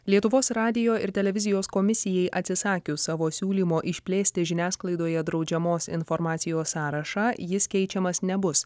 lietuvos radijo ir televizijos komisijai atsisakius savo siūlymo išplėsti žiniasklaidoje draudžiamos informacijos sąrašą jis keičiamas nebus